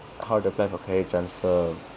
how to apply for credit transfer